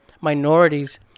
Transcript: minorities